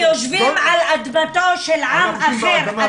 אתם יושבים על אדמתו של עם אחר.